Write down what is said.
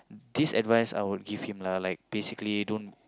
this advice I would give him lah like basically don't